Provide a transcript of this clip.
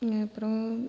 அப்புறம்